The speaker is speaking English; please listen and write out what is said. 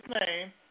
name